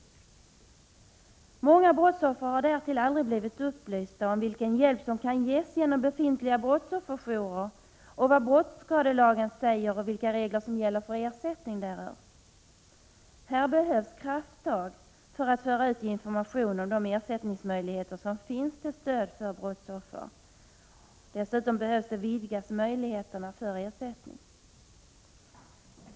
Därtill kommer att många brottsoffer aldrig blivit upplysta om vilken hjälp som kan ges genom befintliga brottsofferjourer och om vad brottsskadelagen säger och vilka regler som gäller för ersättning. Här behövs krafttag för att föra ut information om de ersättningsmöjligheter som finns till stöd för brottsoffer. Dessutom behöver möjligheterna till ersättning vidgas.